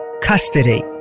custody